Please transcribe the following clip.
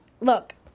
look